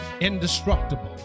indestructible